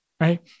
Right